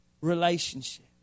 relationship